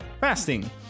fasting